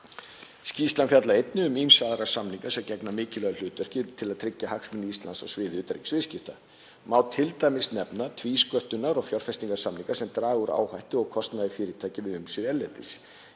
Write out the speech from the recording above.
Skýrslan fjallar einnig um ýmsa aðra samninga sem gegna mikilvægu hlutverki til að tryggja hagsmuni Íslands á sviði utanríkisviðskipta. Má t.d. nefna tvísköttunar- og fjárfestingarsamninga sem draga úr áhættu og kostnaði fyrirtækja við umsvif erlendis.